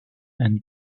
and